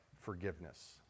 forgiveness